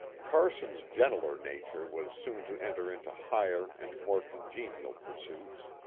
carson's gentler nature was soon to enter into higher and more congenial pursuits.